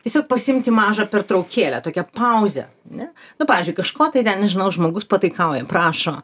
tiesiog pasiimti mažą pertraukėlę tokią pauzę ne nu pavyzdžiui kažko tai ten nežinau žmogus pataikauja prašo